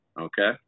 Okay